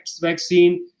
vaccine